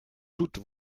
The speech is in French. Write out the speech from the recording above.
toute